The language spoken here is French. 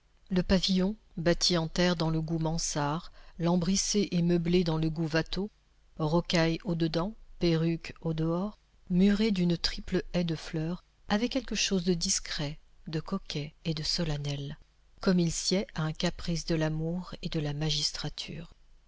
le pavillon bâti en pierre dans le goût mansart lambrissé et meublé dans le goût watteau rocaille au dedans perruque au dehors muré d'une triple haie de fleurs avait quelque chose de discret de coquet et de solennel comme il sied à un caprice de l'amour et de la magistrature